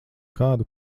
kādu